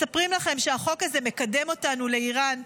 מספרים לכם שהחוק הזה מקדם אותנו לאיראן,